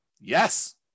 Yes